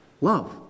love